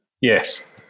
Yes